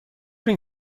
این